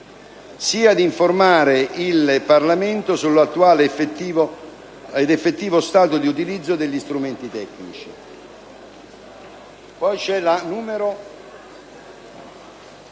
a informare il Parlamento sull'attuale ed effettivo stato di utilizzo degli strumenti tecnici.